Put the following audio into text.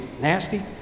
nasty